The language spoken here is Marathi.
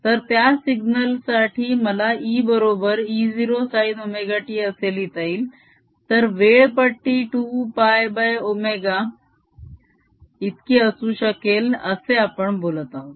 तर त्या सिग्नल साठी मला E बरोबर E0 sin ωt असे लिहिता येईल तर वेळ पट्टी 2πωइतकी असू शकेल असे आपण बोलत आहोत